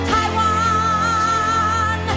Taiwan